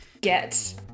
get